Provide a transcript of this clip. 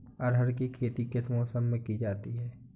अरहर की खेती किस मौसम में की जाती है?